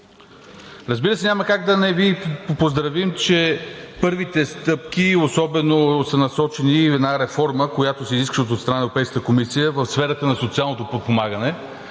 Разбира се, няма как да не Ви поздравим, че първите стъпки са насочени в една реформа, която се изискваше от страна на Европейската комисия в сферата на социалното подпомагане